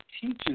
teaches